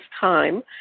time